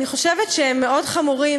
אני חושבת שהם מאוד חמורים,